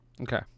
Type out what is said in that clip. Okay